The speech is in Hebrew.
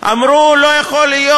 לסעיף 7א. אמרו: לא יכול להיות.